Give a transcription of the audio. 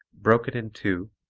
broke it in two,